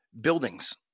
buildings